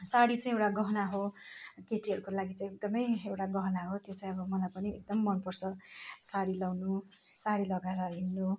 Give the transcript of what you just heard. साडी चाहिँ एउटा गहना हो केटीहरूको लागि चाहिँ एकदमै एउटा गहना हो त्यो चाहिँ अब मलाई पनि एकदम मनपर्छ साडी लगाउनु साडी लगाएर हिँड्नु